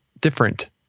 different